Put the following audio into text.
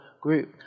group